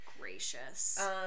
Gracious